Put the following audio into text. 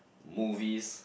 movies